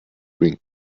drink